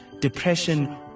depression